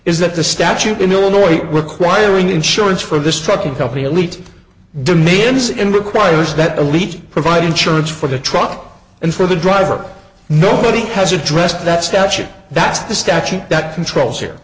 is that the statute in illinois requiring insurance for this trucking company elite demands and requires that the leach provide insurance for the truck and for the driver nobody has addressed that statute that's the statute that controls